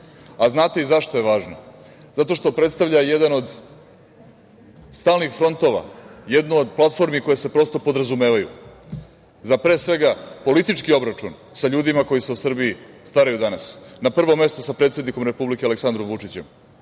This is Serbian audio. A znate i zašto je važno, zato što predstavlja jedan od stalnih frontova, jednu od platformi koje se prosto podrazumevaju za, pre svega, politički obračun sa ljudima koji se o Srbiji staraju danas, na prvom mestu sa predsednikom Republike Aleksandrom Vučićem,